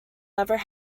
never